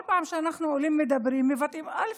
כל פעם שאנחנו עולים, מדברים, מבטאים, א.